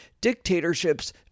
dictatorships